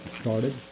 started